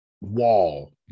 wall